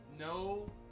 No